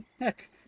Heck